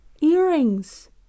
Earrings